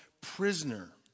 prisoner